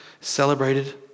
celebrated